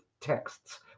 texts